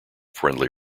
friendly